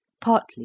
partly